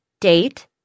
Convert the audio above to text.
date